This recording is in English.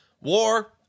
War